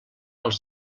els